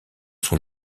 son